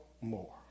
more